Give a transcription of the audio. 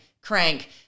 Crank